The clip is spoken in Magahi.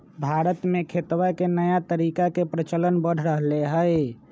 भारत में खेतवा के नया तरीका के प्रचलन बढ़ रहले है